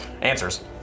answers